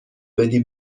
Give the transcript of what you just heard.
بدی